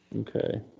Okay